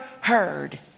heard